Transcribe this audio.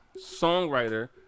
songwriter